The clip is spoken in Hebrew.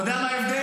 אתה יודע מה ההבדל?